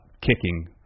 kicking